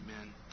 Amen